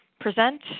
present